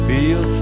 Feel